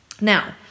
Now